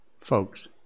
folks